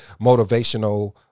motivational